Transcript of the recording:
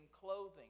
clothing